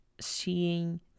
seeing